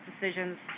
decisions